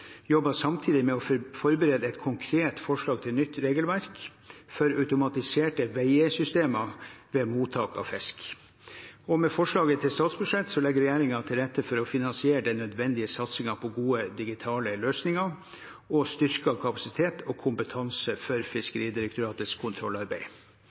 jobber samtidig med å forberede et konkret forslag til nytt regelverk for automatiserte veiesystemer ved mottak av fisk. Med forslaget til statsbudsjett legger regjeringen til rette for å finansiere den nødvendige satsingen på gode digitale løsninger og styrket kapasitet og kompetanse for